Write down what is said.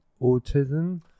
autism